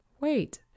wait